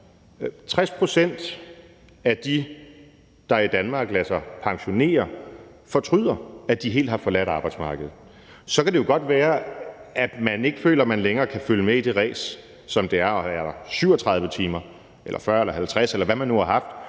60 pct. af dem, der i Danmark lader sig pensionere, fortryder, at de helt har forladt arbejdsmarkedet. Så kan det jo godt være, at man ikke føler, man længere kan følge med i det ræs, som det er at have 37 timer eller 40 eller 50, eller hvad man nu har haft,